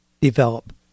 develop